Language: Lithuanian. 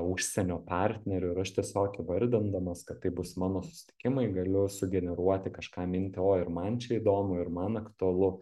užsienio partneriu ir aš tiesiog įvardindamas kad tai bus mano susitikimai galiu sugeneruoti kažką mintį o ir man čia įdomu ir man aktualu